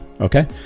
okay